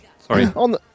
Sorry